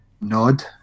Nod